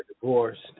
divorced